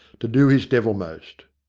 to do his devilmost.